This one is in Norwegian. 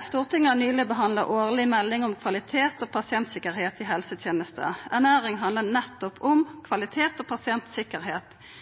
Stortinget har nyleg behandla årleg melding om kvalitet og pasientsikkerheit i helsetenesta. Ernæring handlar nettopp om kvalitet og